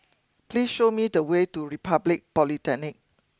please show me the way to Republic Polytechnic